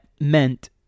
meant